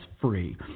free